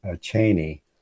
Cheney